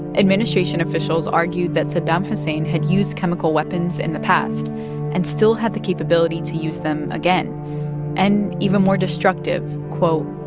administration officials argued that saddam hussein had used chemical weapons in the past and still had the capability to use them again and even more destructive, quote,